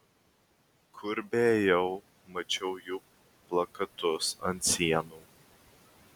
kur beėjau mačiau jų plakatus ant sienų